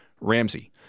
Ramsey